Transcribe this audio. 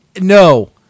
No